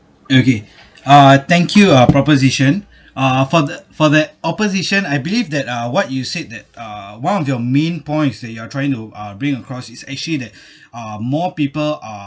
okay uh thank you uh proposition uh for the for the opposition I believe that uh what you said that uh one of your main points that you are trying to uh bring across its actually that uh more people are